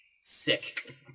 Sick